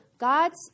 God's